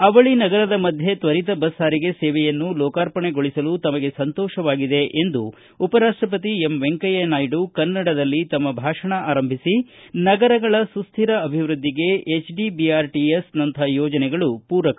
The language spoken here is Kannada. ಅವಳಿ ನಗರದ ಮಧ್ಯೆ ತ್ವರಿತ ಬಸ್ ಸಾರಿಗೆ ಸೇವೆಯನ್ನು ಲೋಕಾರ್ಪಣೆಗೊಳಿಸಲು ತಮಗೆ ಸಂತೋಷವಾಗಿದೆ ಎಂದು ಉಪರಾಷ್ಟಪತಿ ವೆಂಕಯ್ಯ ನಾಯ್ಡು ಕನ್ನಡದಲ್ಲಿ ತಮ್ಮ ಭಾಷಣ ಆರಂಭಿಸಿ ನಗರಗಳ ಸುಸ್ಕಿರ ಅಭಿವೃದ್ಧಿಗೆ ಬಿಆರ್ಟಿಎಸ್ ನಂಥ ಯೋಜನೆಗಳು ಪೂರಕ